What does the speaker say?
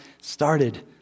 started